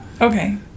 Okay